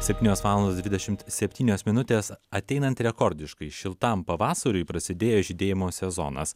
septynios valandos dvidešimt septynios minutės ateinant rekordiškai šiltam pavasariui prasidėjo žydėjimo sezonas